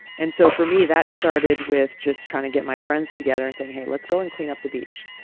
and so, for me, that started with just trying to get my friends together and saying, hey, let's go and clean up the beach.